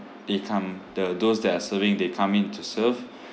they come the those that are serving they come in to serve